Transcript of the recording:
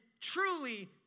truly